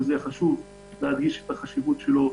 וחשוב להדגיש את חשיבותו.